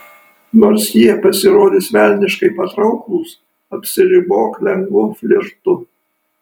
nors jie pasirodys velniškai patrauklūs apsiribok lengvu flirtu